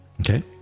Okay